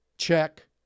Check